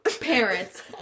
parents